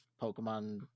Pokemon